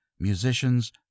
musicians